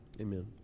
Amen